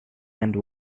and